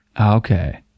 Okay